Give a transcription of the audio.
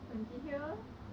song ji hyo